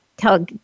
Tell